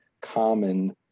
common